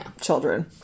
children